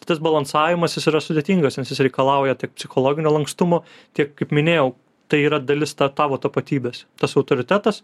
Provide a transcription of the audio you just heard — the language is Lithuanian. tas balansavimas jis yra sudėtingas nes jis reikalauja tiek psichologinio lankstumo tiek kaip minėjau tai yra dalis ta tavo tapatybės tas autoritetas